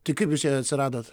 tai kaip jūs joj atsiradot